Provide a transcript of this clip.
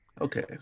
Okay